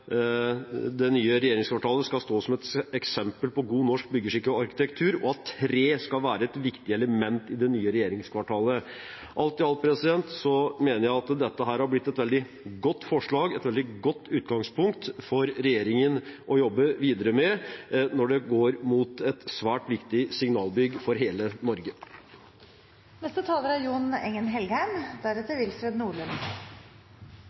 det nye regjeringskvartalet skal stå som et eksempel på god norsk byggeskikk og arkitektur, og at tre skal være et viktig element i det nye regjeringskvartalet. Alt i alt mener jeg at dette har blitt et veldig godt forslag og et godt utgangspunkt for regjeringen å jobbe videre med når det nå skal bygges et svært viktig signalbygg for hele